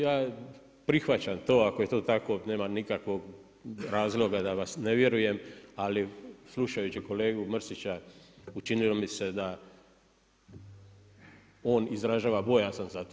Ja prihvaćam ako je to tako nema nikakvog razloga da vam ne vjerujem, ali slušajući kolegu Mrsića učinilo mi se da on izražava bojazan za to.